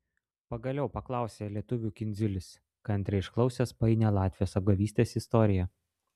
pagaliau paklausė lietuvių kindziulis kantriai išklausęs painią latvijos apgavystės istoriją